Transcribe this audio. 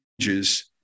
changes